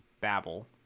Babel